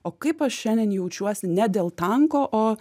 o kaip aš šiandien jaučiuosi ne dėl tanko o